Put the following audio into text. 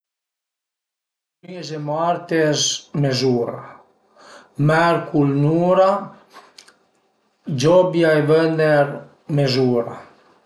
Lünes e marted mez'ura, mercul ün'ura, giobia e vëner mez'ura